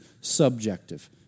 subjective